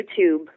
YouTube